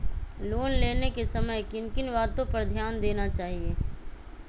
Loan लेने के समय किन किन वातो पर ध्यान देना चाहिए?